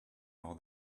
know